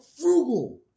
frugal